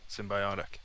Symbiotic